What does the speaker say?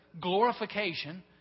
glorification